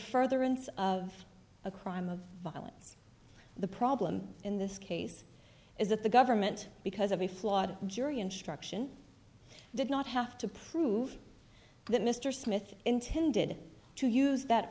furtherance of a crime of violence the problem in this case is that the government because of a flawed jury instruction did not have to prove that mr smith intended to use that